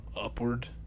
upward